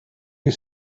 you